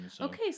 Okay